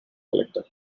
collector